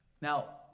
Now